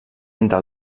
entre